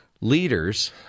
leaders